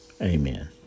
Amen